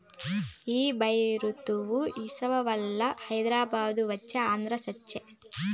ఈ పెబుత్వం సలవవల్ల హైదరాబాదు వచ్చే ఆంధ్ర సచ్చె